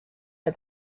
had